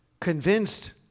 convinced